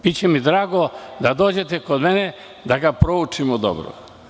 Biće mi drago da dođete kod mene da ga proučimo dobro.